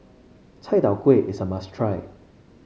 Chai Tow Kuay is a must try